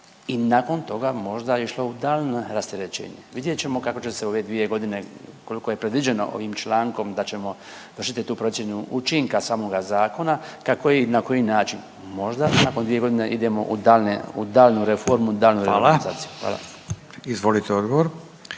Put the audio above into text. i nakon toga možda išlo u daljnja rasterećenja. Vidjet ćemo kako će se ove dvije godine koliko je predviđeno ovim člankom da ćemo vršiti tu procjenu učinka samoga zakona kako je i na koji način. Možda nakon 2 godine idemo u daljnju reformu, dalju reorganizaciju. **Radin, Furio